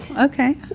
okay